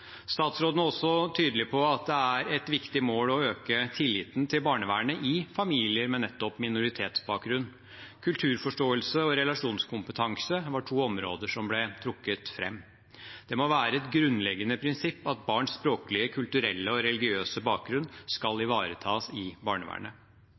Statsråden var også tydelig på at det er et viktig mål å øke tilliten til barnevernet i familier med nettopp minoritetsbakgrunn. Kulturforståelse og relasjonskompetanse var to områder som ble trukket fram. Det må være et grunnleggende prinsipp at barns språklige, kulturelle og religiøse bakgrunn skal